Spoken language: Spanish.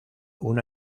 una